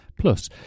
Plus